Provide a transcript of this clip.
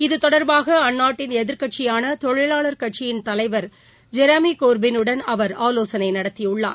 இது தொடர்பாக அந்நாட்டின் எதிர்க்கட்சியான தொழிலாளர் கட்சியின் தலைவர் ஜெரமி கோர்பினுடன் அவர் ஆலோசனை நடத்தியுள்ளார்